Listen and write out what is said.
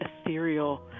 ethereal